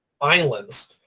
islands